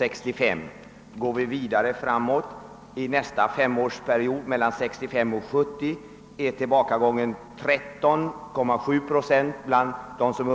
Under nästa femårsperiod, mellan 1965 och 1970, beräknas tillbakagången vara 13,7 procent bland dem som är